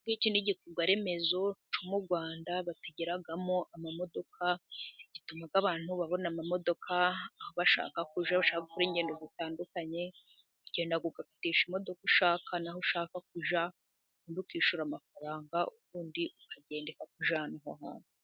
Iki ngiki ni igikorwa remezo cyo mu Rwanda bategeramo amamodoka gituma abantu babona amamodoka, aho bashaka kujya bashaka gukora ingendo zitandukanye, uragenda ugakatisha imodoka ushaka n'aho ushaka kujya ubundi ukishyura amafaranga, ubundi ukagenda ikakujyana aho hantu.